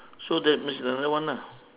so that means another one ah